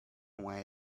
why